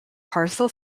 parcel